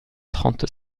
trente